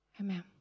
Amen